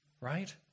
right